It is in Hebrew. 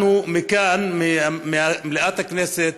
אנחנו מכאן, ממליאת הכנסת,